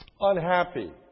unhappy